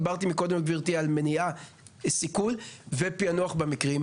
דיברתי קודם על מניעה, סיכול ופיענוח במקרים